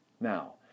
Now